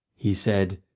he said,